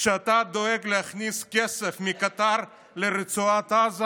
כשאתה דואג להכניס כסף מקטאר לרצועת עזה,